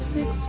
Six